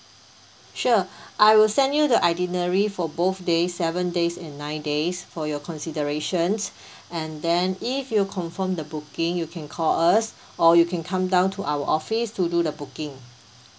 sure I will send you the itinerary for both days seven days and nine days for your considerations and then if you confirm the booking you can call us or you can come down to our office to do the booking